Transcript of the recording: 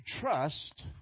trust